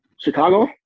Chicago